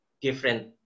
different